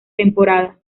temporada